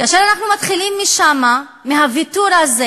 כאשר אנחנו מתחילים משם, מהוויתור הזה